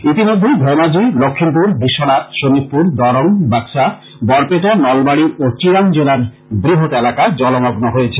ইতিমধ্যেই ধেমাজী লক্ষিমপুর বিশ্বনাথ শোনিতপুর দরং বাক্সা বরপেটা নলবাড়ী ও চিরাং জেলার বৃহৎ এলাকা জলমগ্ন হয়েছে